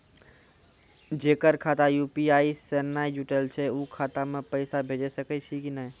जेकर खाता यु.पी.आई से नैय जुटल छै उ खाता मे पैसा भेज सकै छियै कि नै?